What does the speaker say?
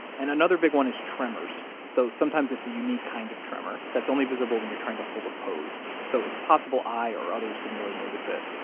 and another big one is tremors, though, sometimes it's a unique kind of tremor that's only visible when you're trying to hold a pose. so it's possible i or others didn't really notice it.